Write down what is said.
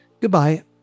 Goodbye